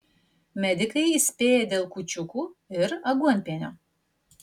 medikai įspėja dėl kūčiukų ir aguonpienio